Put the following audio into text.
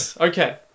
Okay